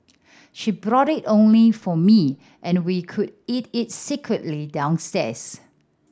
she brought it only for me and we would eat it secretly downstairs